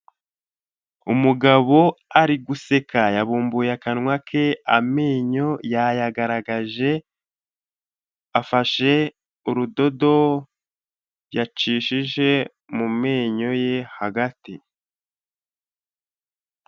Umugabo ari guseka yabumbuye akanwa ke amenyo yayagaragaje, afashe urudodo yacishije mu menyo ye hagati.